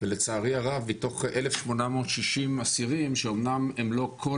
ולצערי הרב מתוך 1,860 אסירים שאמנם הם לא כל